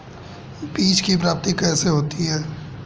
बीज की प्राप्ति कैसे होती है?